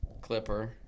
Clipper